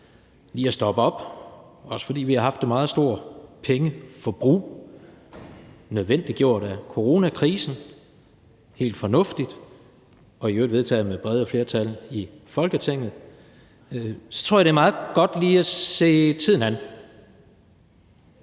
lige at stoppe op, også fordi vi har haft et meget stort pengeforbrug nødvendiggjort af coronakrisen – helt fornuftigt og i øvrigt vedtaget med brede flertal i Folketinget. Så jeg tror, det er meget godt lige at se tiden an.